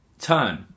turn